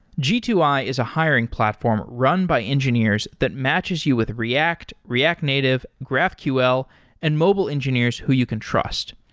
g two i is a hiring platform run by engineers that matches you with react, react native, graphql and mobile engineers who you can trust.